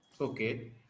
Okay